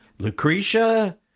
Lucretia